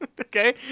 Okay